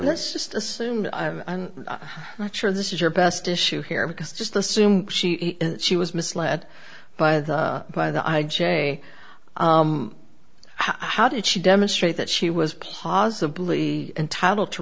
let's just assume i'm not sure this is your best issue here because just assume she was misled by the by the i j a how did she demonstrate that she was possibly entitled to